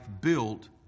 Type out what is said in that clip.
built